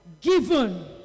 Given